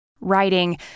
writing